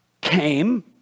came